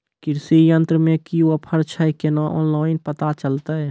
कृषि यंत्र मे की ऑफर छै केना ऑनलाइन पता चलतै?